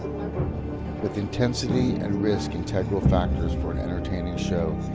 with intensity and risk integral factors for an entertaining show,